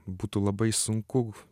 būtų labai sunku